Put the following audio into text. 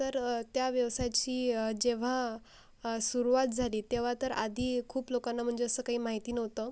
तर त्या व्यवसायाची जेव्हा सुरुवात झाली तेव्हा तर आधी खूप लोकांना म्हणजे असं काही माहिती नव्हतं